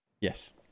yes